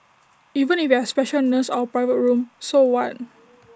even if you have A special nurse or A private room so what